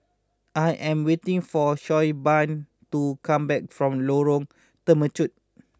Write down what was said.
I am waiting for Siobhan to come back from Lorong Temechut